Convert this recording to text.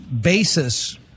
basis